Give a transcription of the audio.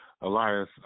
Elias